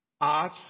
art